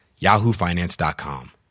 yahoofinance.com